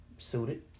suited